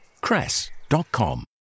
cress.com